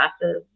classes